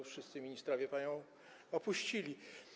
Wszyscy ministrowie panią opuścili.